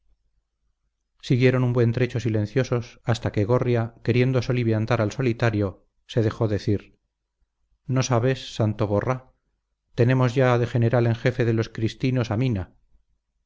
siguieron un buen trecho silenciosos hasta que gorria queriendo soliviantar al solitario se dejó decir no sabes santo borra tenemos ya de general en jefe de los cristinos a mina